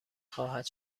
خواهد